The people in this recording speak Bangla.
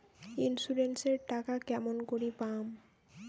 ইন্সুরেন্স এর টাকা কেমন করি পাম?